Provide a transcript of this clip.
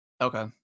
okay